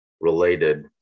related